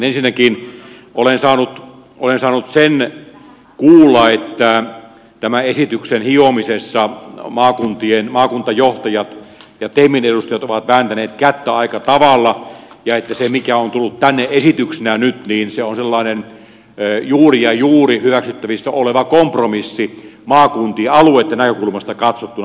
ensinnäkin olen saanut sen kuulla että tämän esityksen hiomisessa maakuntajohtajat ja temin edustajat ovat vääntäneet kättä aika tavalla ja että se mikä on tullut tänne esityksenä nyt on sellainen juuri ja juuri hyväksyttävissä oleva kompromissi maakuntien ja alueitten näkökulmasta katsottuna